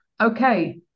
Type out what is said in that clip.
okay